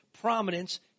prominence